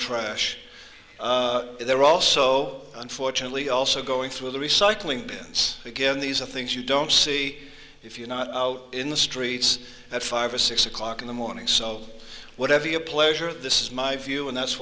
trash they're also unfortunately also going through the recycling bins again these are things you don't see if you're not out in the streets at five or six o'clock in the morning so whatever your pleasure this is my view and that's